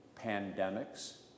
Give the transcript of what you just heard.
pandemics